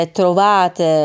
trovate